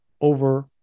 over